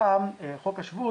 פעם בחוק השבות